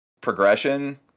progression